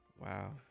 Wow